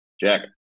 Jack